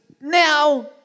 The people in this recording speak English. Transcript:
now